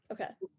Okay